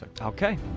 okay